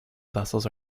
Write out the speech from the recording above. vessels